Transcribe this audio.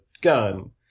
gun